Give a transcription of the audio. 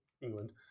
England